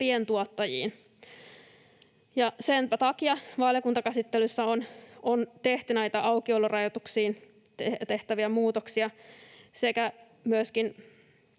pientuottajiin. Senpä takia valiokuntakäsittelyssä on tehty aukiolorajoituksiin muutoksia sekä muutoksia